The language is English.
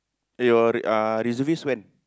eh your uh reservist when